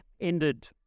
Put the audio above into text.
ended